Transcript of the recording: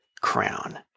crown